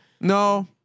No